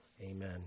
Amen